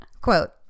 quote